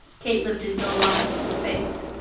kate lifted dull eyes to his face.